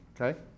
okay